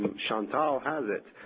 chantal has it.